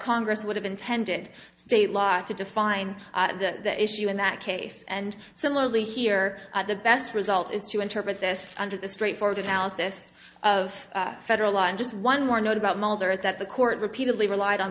congress would have intended state law to define the issue in that case and similarly here the best result is to interpret this under the straightforward alice of federal law and just one more note about mulder is that the court repeatedly relied on